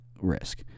risk